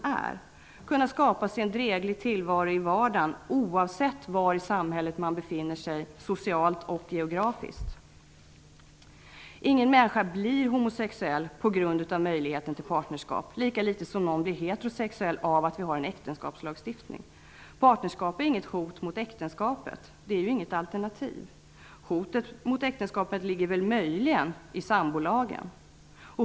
Det är fråga om att kunna skapa sig en dräglig tillvaro i vardagen, oavsett var i samhället man befinner sig socialt och geografiskt. Ingen människa blir homosexuell tack vare möjligheten till partnerskap -- lika litet som någon blir heterosexuell av att det finns en äktenskapslagstiftning. Partnerskap är inget hot mot äktenskapet. Det är ju inget alternativ. Hotet mot äktenskapet ligger väl möjligen i sambolagen.